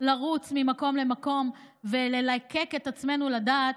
לרוץ ממקום למקום וללקק את עצמנו לדעת,